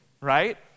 Right